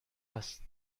است